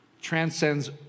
transcends